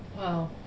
Wow